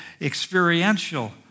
experiential